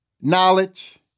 knowledge